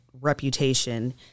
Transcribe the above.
reputation